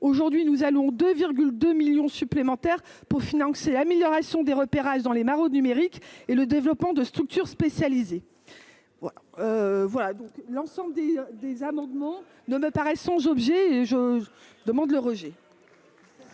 aujourd'hui nous allons de 2 millions supplémentaires pour financer l'amélioration des repérages dans les maraudes numériques et le développement de structures spécialisées, voilà, voilà donc l'ensemble des des amendements ne me paraît sans objet et je demande le rejet.